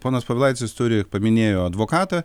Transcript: ponas povilaitis turi paminėjo advokatą